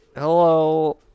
Hello